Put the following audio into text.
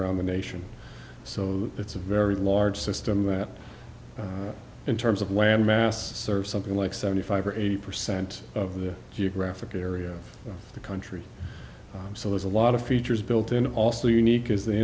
around the nation so it's a very large system that in terms of land mass serves something like seventy five or eighty percent of the geographic area of the country so there's a lot of features built in and also unique is th